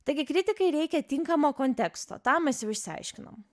taigi kritikai reikia tinkamo konteksto tą mes jau išsiaiškinom